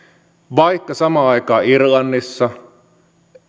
vaikka samaan aikaan irlannissa